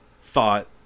thought